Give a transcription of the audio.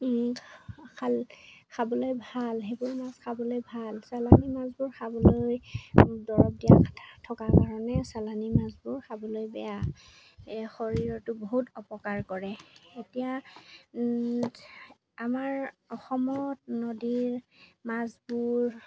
খাবলৈ ভাল সেইবোৰ মাছ খাবলৈ ভাল চালানী মাছবোৰ খাবলৈ দৰব দিয়া থকাৰ কাৰণে চালানী মাছবোৰ খাবলৈ বেয়া শৰীৰটো বহুত অপকাৰ কৰে এতিয়া আমাৰ অসমত নদীৰ মাছবোৰ